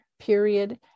period